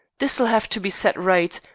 this'll have to be set right,